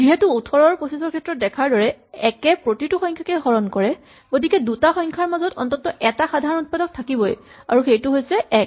যিহেতু ১৮ আৰু ২৫ ৰ ক্ষেত্ৰত দেখাৰ দৰে ১ এ প্ৰতিটো সংখ্যাকে হৰণ কৰে গতিকে দুটা সংখ্যাৰ মাজত অন্ততঃ এটা সাধাৰণ উৎপাদক থাকিবই আৰু সেইটো হৈছে ১